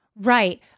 Right